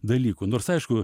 dalykų nors aišku